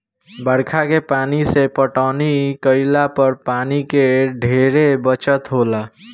बरखा के पानी से पटौनी केइला पर पानी के ढेरे बचत होखेला